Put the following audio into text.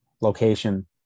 location